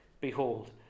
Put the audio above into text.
Behold